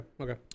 okay